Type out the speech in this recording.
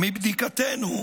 מבדיקתנו,